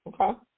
Okay